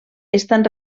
estan